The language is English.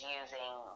using